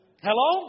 Hello